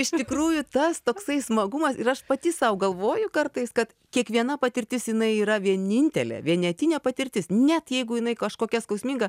iš tikrųjų tas toksai smagumas ir aš pati sau galvoju kartais kad kiekviena patirtis jinai yra vienintelė vienetinė patirtis net jeigu jinai kažkokia skausminga